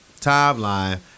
timeline